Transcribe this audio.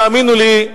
תאמינו לי,